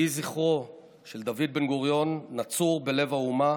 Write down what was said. יהי זכרו של דוד בן-גוריון נצור בלב האומה